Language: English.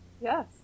Yes